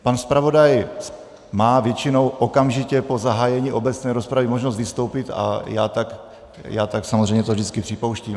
Pan zpravodaj má většinou okamžitě po zahájení obecné rozpravy možnost vystoupit a já to tak samozřejmě vždycky připouštím.